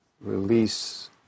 release